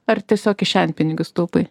ar tiesiog kišenpinigius taupai